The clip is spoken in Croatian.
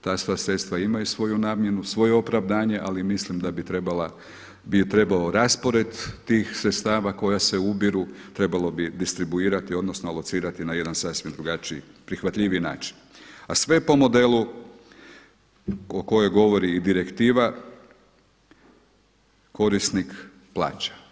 Ta sredstva imaju svoju namjenu, svoje opravdanje, ali mislim da bi trebao raspored tih sredstava koja se ubiru, trebalo bi distribuirati odnosno locirati na jedan sasvim drugačiji, prihvatljiviji način, a sve po modelu o kojoj govori i i direktiva, korisnik plaća.